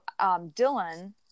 Dylan